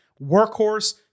Workhorse